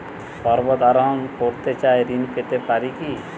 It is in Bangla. পর্বত আরোহণ করতে চাই ঋণ পেতে পারে কি?